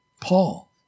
Paul